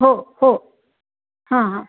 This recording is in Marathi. हो हो हां हां